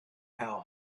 how